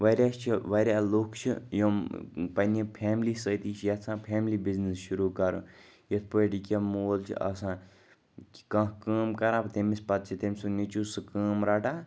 واریاہ چھِ واریاہ لُکھ چھِ یِم پنٛنہِ فیملی سۭتۍ چھِ یَژھان فیملی بِزنٮ۪س شروع کَرُن یِتھ پٲٹھۍ ییٚکیٛاہ مول چھِ آسان کانٛہہ کٲم کَران تٔمِس پَتہٕ چھِ تٔمۍ سُنٛد نیٚچیوٗ سُہ کٲم رَٹان